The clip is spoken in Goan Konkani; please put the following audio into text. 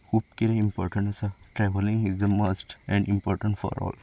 खूब कतें इंपोरटंट आसा travelling is a must and important for all